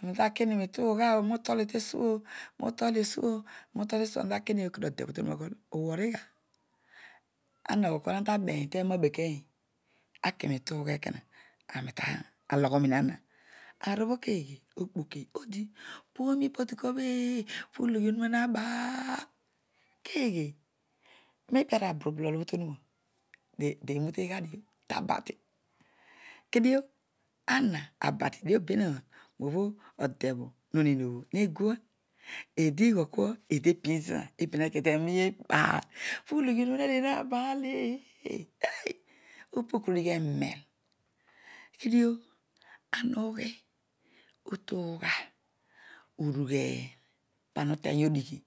Arpita kii nitung a oh aroi utolio tesuon, multolioi skuon toutolio suon aroitakini kode bno tatuakool worigha ang ghol auta beer tebra arbekein akinituugha ekona caro, taloghomiin ang aanobho keegle? Okpo ki odi promi pardi kha breed blog onu ma na baal keeghe? Meropo ova lozuru bolol bato heror derouteguadio tabare kedio ang actradidio bere raobho odebho no m'in obly leguar eedi ishool ku eedi tepi zna ek te mammal baal pologhearos na leer wabaen esta opo okorad epeel bedio ana leghi leting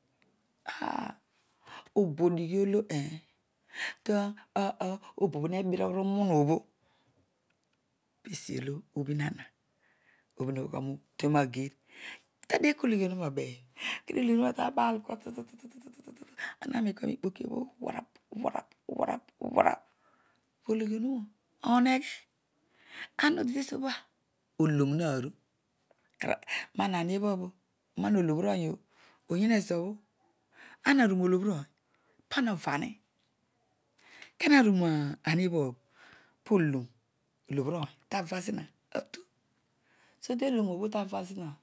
obo dishii olo ech tesiothe anog oblo we birogh repu peervolo ishin ang siblin lughool kua tueragin formi ghueks kohoynomuro aben ologhanurar tabaal kua tutu oghe owara onenie, cur nedite srapobho autz olooro na ril, ema mebhaer obha angdok ony oh oyhe zoblo, ana arru paolobil oay paana anaru roamerhath po olobhic ooy takazing otu socholoon obho tanca zuna.